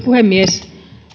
puhemies